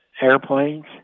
airplanes